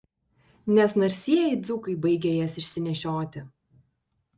nes narsieji dzūkai baigia jas išsinešioti